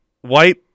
white